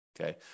Okay